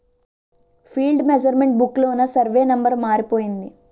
field measurement book లోన survey number మారిపోయింది